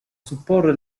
supporre